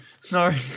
Sorry